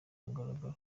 mugoroba